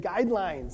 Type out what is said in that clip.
guidelines